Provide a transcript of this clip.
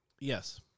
Yes